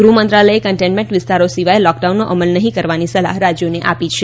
ગૃહમંત્રાલયે કન્ટેનમેન્ટ વિસ્તારો સિવાય લોકડાઉનનો અમલ નહીં કરવાની સલાહ રાજ્યોને આપી છે